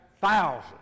thousands